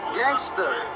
gangster